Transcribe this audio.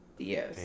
Yes